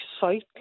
site